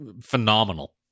phenomenal